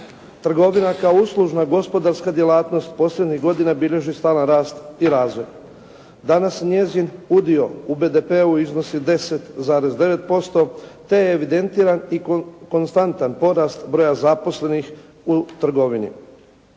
trgovina kao uslužna gospodarska djelatnost posljednjih godina bilježi stalan rast i razvoj. Danas njezin udio u BDP-u iznosi 10,9% te je evidentiran i konstantan porast broja zaposlenih u trgovini.